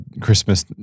Christmas